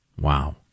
Wow